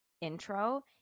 intro